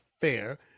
Fair